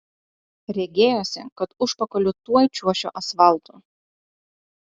regėjosi kad užpakaliu tuoj čiuošiu asfaltu